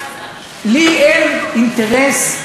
לי אין אינטרס,